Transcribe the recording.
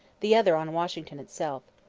the other on washington itself.